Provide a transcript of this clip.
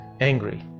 angry